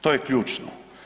To je ključno.